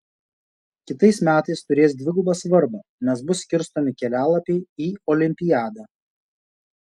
kitais metais turės dvigubą svarbą nes bus skirstomi kelialapiai į olimpiadą